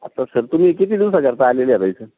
आता सर तुम्ही किती दिवसाकरता आलेल्या आता इथं